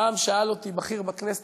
פעם שאל אותי בכיר בכנסת,